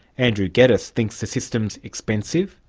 andrew geddis thinks the system is expensive,